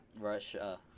Russia